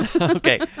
Okay